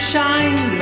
Shine